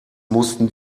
mussten